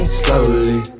slowly